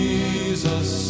Jesus